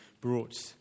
brought